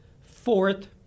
fourth